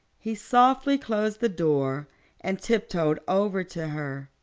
he softly closed the door and tiptoed over to her.